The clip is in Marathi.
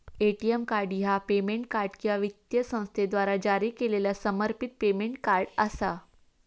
ए.टी.एम कार्ड ह्या पेमेंट कार्ड किंवा वित्तीय संस्थेद्वारा जारी केलेला समर्पित पेमेंट कार्ड असा